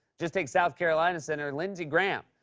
just take south carolina senator lindsey graham.